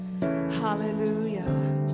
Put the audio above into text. Hallelujah